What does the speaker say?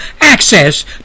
access